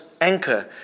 anchor